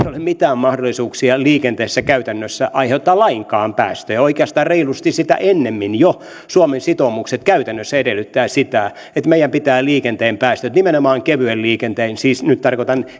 mitään mahdollisuuksia liikenteessä aiheuttaa lainkaan päästöjä ja oikeastaan reilusti sitä ennemmin jo suomen sitoumukset käytännössä edellyttävät sitä että meidän pitää nimenomaan kevyessä liikenteessä siis nyt tarkoitan